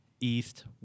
east